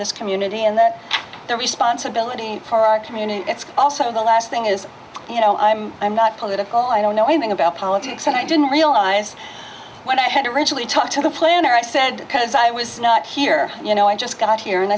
this community and their responsibility for our community it's also the last thing is you know i'm i'm not political i don't know anything about politics and i didn't realise what i had originally talked to the planner i said because i was not here you know i just got here and